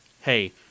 Hey